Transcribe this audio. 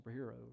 superhero